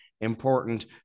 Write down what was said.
important